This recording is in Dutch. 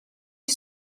een